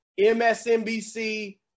MSNBC